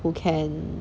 who can